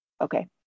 okay